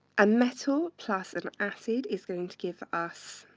ah metal plus an acid is going to give us